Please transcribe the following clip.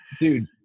dude